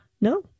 No